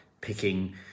picking